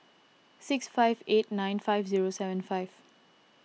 six five eight nine five zero seven five